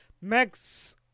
max